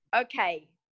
okay